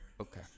Okay